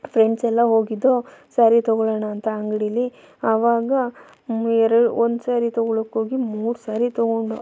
friends ಎಲ್ಲ ಹೋಗಿದ್ದೊ ಸ್ಯಾರಿ ತಗೊಳ್ಳೋಣ ಅಂತ ಅಂಗಡಿಲಿ ಆವಾಗ ಮು ಎರ ಒಂದು ಸಾರಿ ತಗೊಳ್ಳೋಕ್ಕೋಗಿ ಮೂರು ಸಾರಿ ತಗೊಂಡೊ